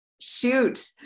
Shoot